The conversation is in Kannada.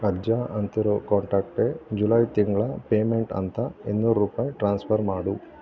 ಅಜ್ಜ ಅಂತಿರೋ ಕಾಂಟ್ಯಾಕ್ಟ್ ಜುಲೈ ತಿಂಗಳ ಪೇಮೆಂಟ್ ಅಂತ ಇನ್ನೂರು ರೂಪಾಯಿ ಟ್ರಾನ್ಸ್ಫರ್ ಮಾಡು